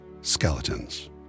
skeletons